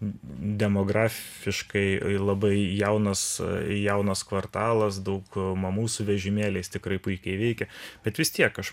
demografiškai labai jaunas jaunas kvartalas daug mamų su vežimėliais tikrai puikiai veikia bet vis tiek aš